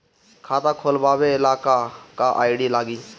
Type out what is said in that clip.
खाता खोलाबे ला का का आइडी लागी?